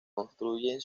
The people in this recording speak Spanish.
construyen